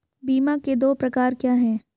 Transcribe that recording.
बीमा के दो प्रकार क्या हैं?